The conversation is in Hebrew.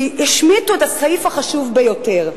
כי השמיטו את הסעיף החשוב ביותר.